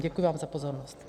Děkuji vám za pozornost.